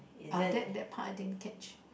ah that that part I didn't catch